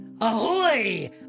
Ahoy